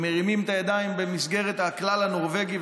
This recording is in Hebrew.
הם מרימים את הידיים במסגרת הכלל הנורבגי,